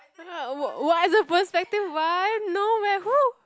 what what's a perspective one no where who